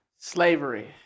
slavery